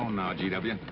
ah now, g w.